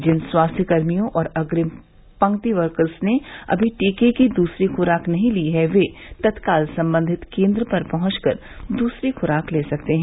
जिन स्वास्थ्य कर्मियों और अग्निम पंक्ति वर्कस ने अमी टीके की दूसरी खुराक नहीं ली है वे तत्काल संबंधित केन्द्र पर पहुंच कर दूसरी खुराक ले सकते हैं